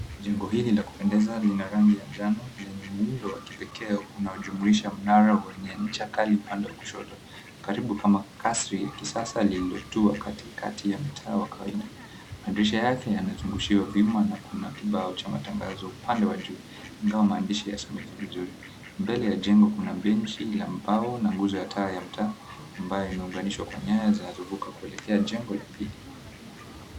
Jengo hili la kupendeza lina rangi ya njano lenye muundo wa kipekee unaojumuisha mnara wenye ncha kali upande wa kushoto karibu kama kasri ya kisasa lililotua katikati ya mtaa wa kawaida. Madirisha yake yamezungushiwa vyuma na kuna kibao cha matangazo upande wa juu ingawa maandishi hayasomeki vizuri. Mbele ya jengo kuna benchi la mbao na nguzo ya taa ya mtaa ambayo imeunganishwa kwa nyaya zinazovuka kuelekea jengo la pili.